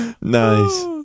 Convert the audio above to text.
Nice